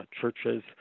churches